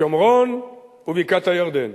שומרון ובקעת-הירדן.